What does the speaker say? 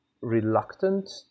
reluctant